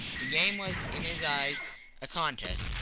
the game was in his eyes a contest,